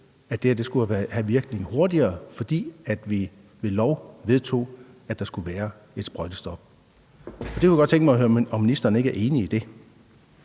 at det her skulle have virkning hurtigere, fordi vi ved lov vedtog, at der skulle være et sprøjtestop. Det kunne jeg godt tænke mig at høre om ministeren ikke er enig i.